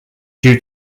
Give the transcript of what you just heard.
due